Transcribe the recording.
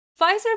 Pfizer